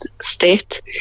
state